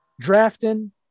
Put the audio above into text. Drafting